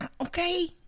okay